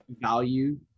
value